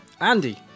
Andy